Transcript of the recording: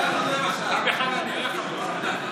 קח עוד רבע שעה.